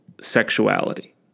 sexuality